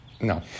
No